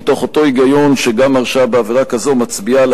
מתוך אותו היגיון שגם הרשעה בעבירה כזו מצביעה על